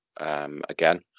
again